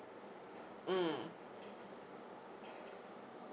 mm